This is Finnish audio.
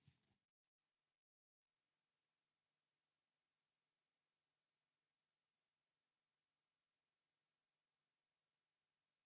Kiitos.